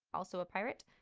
also a pirate.